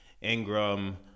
Ingram